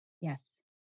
Yes